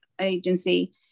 agency